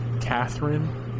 Catherine